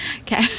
Okay